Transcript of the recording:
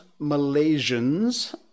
Malaysians